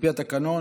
לפי התקנון,